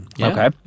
okay